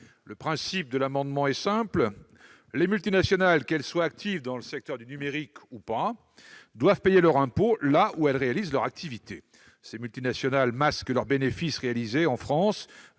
Le principe de l'amendement est simple : les multinationales, qu'elles soient actives dans le secteur du numérique ou non, doivent payer leur impôt là où elles réalisent leur activité. Ces multinationales masquent leurs bénéfices réalisés en France